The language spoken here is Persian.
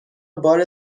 بار